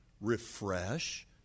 refresh